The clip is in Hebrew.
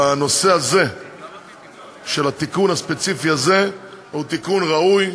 בנושא הזה של התיקון הספציפי הזה, הוא תיקון ראוי,